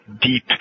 Deep